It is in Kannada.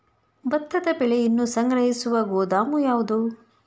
ಭತ್ತದ ಬೆಳೆಯನ್ನು ಸಂಗ್ರಹಿಸುವ ಗೋದಾಮು ಯಾವದು?